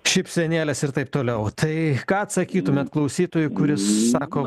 šypsenėles ir taip toliau tai ką atsakytumėt klausytojui kuris sako